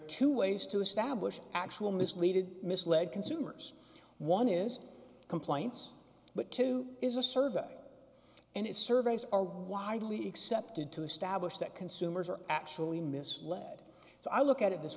two ways to establish actual misleading misled consumers one is complaints but two is a service and it's surveys are widely accepted to establish that consumers are actually misled so i look at it this